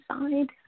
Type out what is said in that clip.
inside